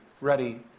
ready